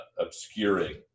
obscuring